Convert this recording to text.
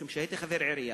משום שהייתי חבר עירייה,